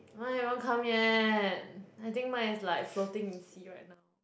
mine haven't come yet I think mine is like floating in the sea right now